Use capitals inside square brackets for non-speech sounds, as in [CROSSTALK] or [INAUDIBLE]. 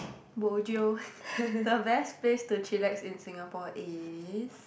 bojio [LAUGHS] the best place to chillax in Singapore is